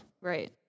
Right